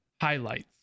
highlights